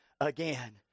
again